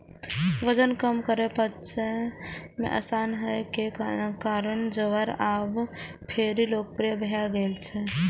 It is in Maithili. वजन कम करै, पचय मे आसान होइ के कारणें ज्वार आब फेरो लोकप्रिय भए गेल छै